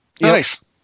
Nice